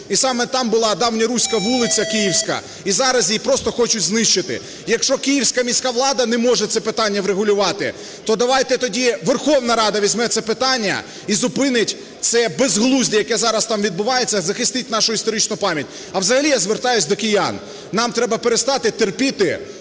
і саме там була давньоруська вулиця київська і зараз її просто хочуть знищити. Якщо Київська міська влада не може це питання врегулювати, то давайте тоді Верховна Рада візьме це питання і зупинить це безглуздя, яке зараз там відбувається, захистить нашу історичну пам'ять. А взагалі я звертаюсь до киян, нам треба перестати терпіти